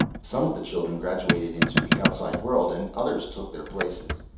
some of the children graduated into the outside world and others took their places.